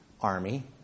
army